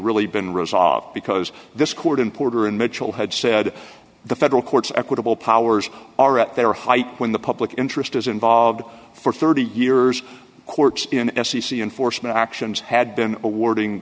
really been resolved because this court importer in mitchell had said the federal courts equitable powers are at their height when the public interest is involved for thirty years courts in f c c enforcement actions had been awarding